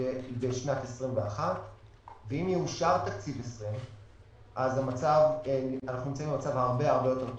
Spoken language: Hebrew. לשנת 2021. אם יאושר תקציב 2020 אז אנחנו נמצאים במצב הרבה יותר טוב